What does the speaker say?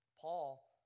Paul